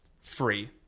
free